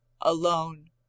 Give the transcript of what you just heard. alone